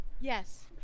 Yes